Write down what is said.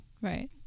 Right